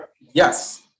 Yes